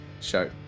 Show